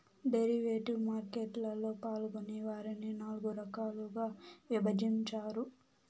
derivative market లలో పాల్గొనే వారిని నాల్గు రకాలుగా విభజించారు